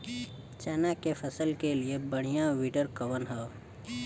चना के फसल के लिए बढ़ियां विडर कवन ह?